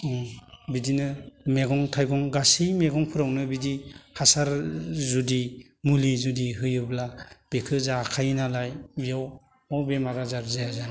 ओम बिदिनो मैगं थाइगं गासै मैगंफोरावनो बिदि हासार जुदि मुलि जुदि होयोब्ला बेखो जाखायो नालाय बेयाव अबे बेमार आजार जाया जानो